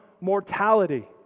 mortality